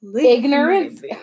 Ignorance